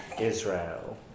Israel